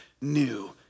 new